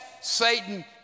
Satan